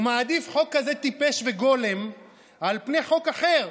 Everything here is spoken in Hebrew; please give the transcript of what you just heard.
הוא מעדיף חוק כזה טיפש וגולם על פני חוק אחר,